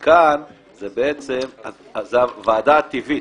חברת ועדה לעומתית?